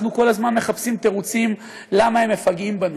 אנחנו כל הזמן מחפשים תירוצים למה הם מפגעים בנו.